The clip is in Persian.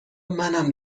منم